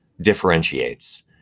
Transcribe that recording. differentiates